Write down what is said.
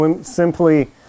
simply